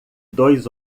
dois